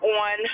on